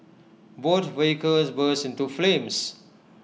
both vehicles burst into flames